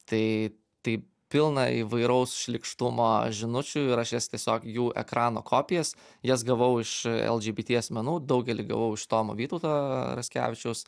tai tai pilna įvairaus šlykštumo žinučių ir aš jas tiesiog jau ekrano kopijas jas gavau iš lgbt asmenų daugelį gavau iš tomo vytauto raskevičiaus